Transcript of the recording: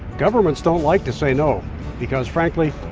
governments don't like to say no because, frankly,